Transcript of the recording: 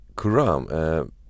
Kuram